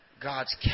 God's